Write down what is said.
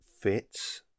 fits